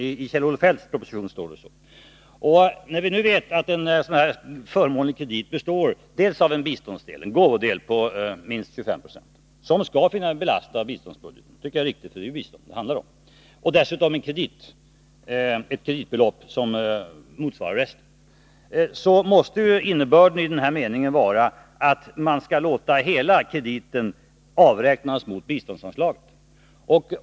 Vi vet att denna förmånliga kredit består dels av en biståndseller gåvodel på minst 25 96, som skall belasta biståndsbudgeten — det tycker jag är riktigt, eftersom det är bistånd det handlar om — dels av ett kreditbelopp som motsvarar resten. Innebörden i det jag citerade måste då vara att man skall låta hela krediten avräknas mot biståndsanslaget.